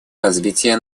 развития